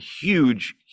Huge